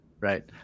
right